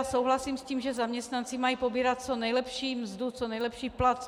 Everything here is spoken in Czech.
Souhlasím s tím, že zaměstnanci mají pobírat co nejlepší mzdu, co nejlepší plat.